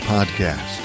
Podcast